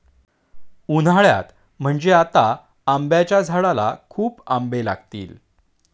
उन्हाळ्यात म्हणजे आता आंब्याच्या झाडाला खूप आंबे लागतील